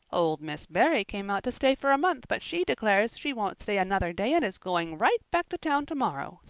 old miss barry came out to stay for a month, but she declares she won't stay another day and is going right back to town tomorrow,